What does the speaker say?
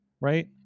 right